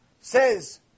says